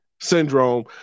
syndrome